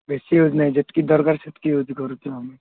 ବେଶୀ ୟୁଜ୍ ନାଇଁ ଯେତକି ଦରକାର ସେତକି ୟୁଜ୍ କରୁଛୁ ଆମେ